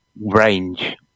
Range